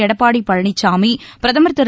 எடப்பாடி பழனிசாமி பிரதமர் திரு